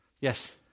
Yes